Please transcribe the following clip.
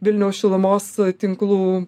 vilniaus šilumos tinklų